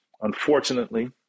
unfortunately